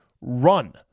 run